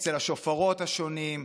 אצל השופרות השונים,